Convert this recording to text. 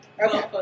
Okay